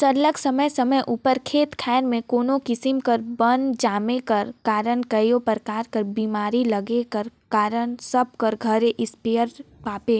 सरलग समे समे उपर खेत खाएर में कोनो किसिम कर बन जामे कर कारन कइयो परकार कर बेमारी लगे कर कारन सब कर घरे इस्पेयर पाबे